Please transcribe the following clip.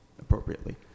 appropriately